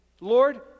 Lord